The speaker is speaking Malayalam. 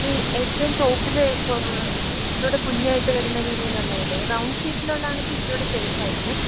ഈ ഏറ്റവും ടോപ്പിൽ ഇച്ചിരികൂടെ കുഞ്ഞായിട്ട് വരുന്ന രീതിയിലുള്ളത് ഇല്ലേ റൗണ്ട് ഷേപ്പില് ഉള്ളത് ആണെങ്കില് ഇച്ചിരികൂടെ സേഫ് ആയിരിക്കും